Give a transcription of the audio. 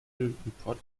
report